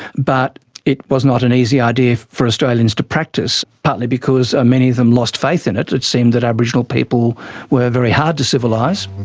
but it was not an easy idea for australians to practise, partly because many of them lost faith in it. it seemed that aboriginal people were very hard to civilise.